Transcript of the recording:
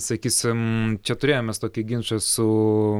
sakysim čia turėjom mes tokį ginčą su